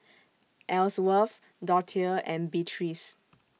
Ellsworth Dorthea and Beatrice